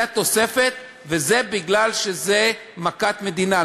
זו התוספת, וזה מפני שזו מכת מדינה.